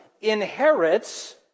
inherits